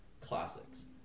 classics